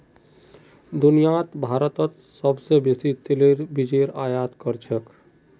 दुनियात भारतत सोबसे बेसी तेलेर बीजेर आयत कर छेक